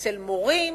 אצל מורים,